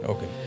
Okay